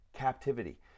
Captivity